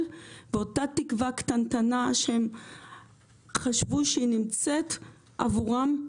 ואותה תקווה קטנטנה שהם חשבו שהיא נמצאת עבורם,